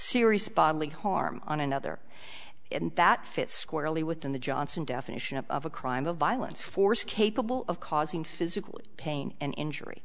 serious bodily harm on another and that fits squarely within the johnson definition of a crime of violence force capable of causing physical pain and injury